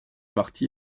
parti